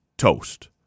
Toast